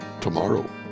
Tomorrow